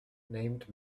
named